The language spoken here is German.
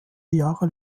jahre